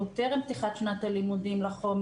עוד טרם פתיחת שנת הלימודים לחומר.